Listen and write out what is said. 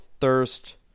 thirst